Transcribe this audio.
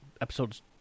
episodes